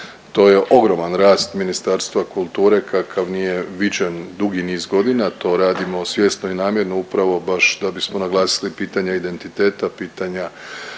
To je ogroman rast Ministarstva kulture kakav nije viđen dugi niz godina, to radimo svjesno i namjerno upravo baš da bismo naglasili pitanje identiteta, pitanje